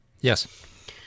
Yes